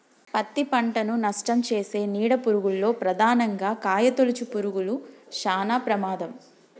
పత్తి పంటను నష్టంచేసే నీడ పురుగుల్లో ప్రధానంగా కాయతొలుచు పురుగులు శానా ప్రమాదం